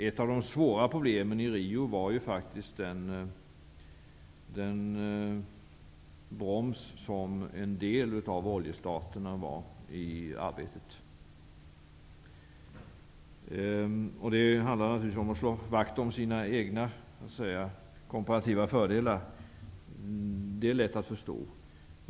Ett av de svåra problemen i Rio var faktiskt just den broms som en del av oljestaterna utgjorde i arbetet. Det handlar naturligtvis om att slå vakt om sina egna, låt mig säga, komparativa fördelar -- och det är lätt att förstå.